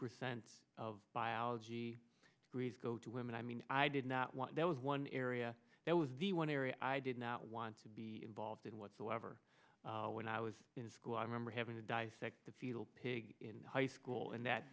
percent and of biology breeds go to women i mean i did not want that was one area that was the one area i did not want to be involved whatsoever when i was in school i remember having to dissect a fetal pig in high school and that